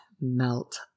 melt